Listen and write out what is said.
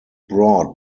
brought